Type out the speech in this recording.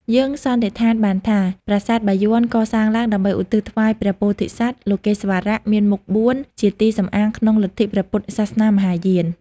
យើងសន្និដ្ឋានបានថា ប្រាសាទបាយ័នកសាងឡើង ដើម្បីឧទ្ទិសថ្វាយព្រះពោធិសត្វ លោកេស្វរៈមានមុខ៤ ជាទីសំអាងក្នុងលទ្ធិព្រះពុទ្ធសាសនាមហាយាន ។